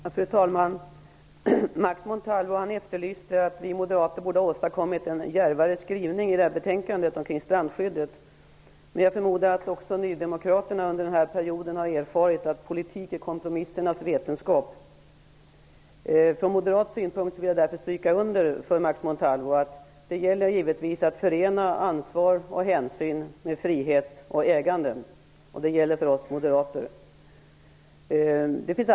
Fru talman! Max Montalvo menade att vi moderater borde ha åstadkommit en djärvare skrivning i betänkandet om strandskyddet. Men jag förmodar att också nydemokraterna under denna period har erfarit att politik är kompromissernas vetenskap. Jag vill från moderat synpunkt stryka under för Max Montalvo att det gäller att förena ansvar och hänsyn med frihet och ägande. Det är vad vi moderater vill göra.